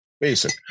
basic